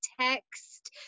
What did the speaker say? text